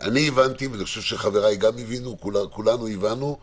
אני הבנתי וכולנו הבנו